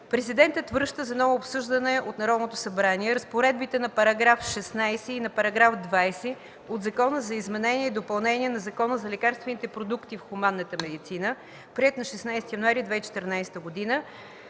Президентът връща за ново обсъждане от Народното събрание разпоредбите на § 16 и на § 20 от Закона за изменение и допълнение на Закона за лекарствените продукти в хуманната медицина, приет на 16 януари 2014 г.,